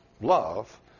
love